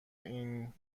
این